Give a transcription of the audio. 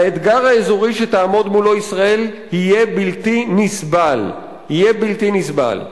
האתגר האזורי שתעמוד מולו ישראל יהיה בלתי נסבל" יהיה בלתי נסבל.